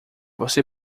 você